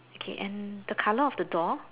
okay and the colour of the door